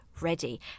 ready